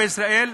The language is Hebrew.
בישראל,